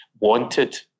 wanted